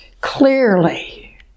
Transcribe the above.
clearly